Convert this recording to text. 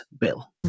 bill